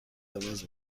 قرمز